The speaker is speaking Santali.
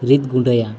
ᱨᱤᱫ ᱜᱩᱸᱰᱟᱹᱭᱟ